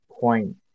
point